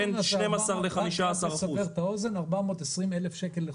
רק כדי לסבר את האוזן, 420,000 שקל בחודש.